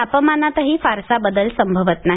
तापमानातही फारसा बदल संभवत नाही